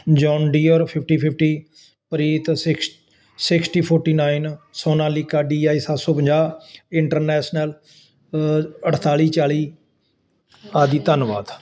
John Deere fifty fifty Preet six sixty forty nine Sonalika DI ਸੱਤ ਸੌ ਪੰਜਾਹ ਇੰਟਰਨੈਸ਼ਨਲ ਅਠਤਾਲੀ ਚਾਲੀ ਆਦੀ ਧੰਨਵਾਦ